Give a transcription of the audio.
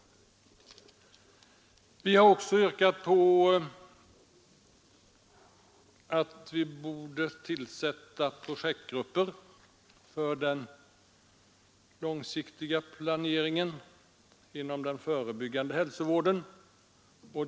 Vi har också yrkat på tillsättandet av projektgrupper för den långsiktiga planeringen inom den förebyggande hälsovården.